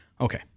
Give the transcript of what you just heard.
Okay